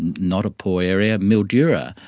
not a poor area, mildura,